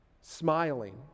Smiling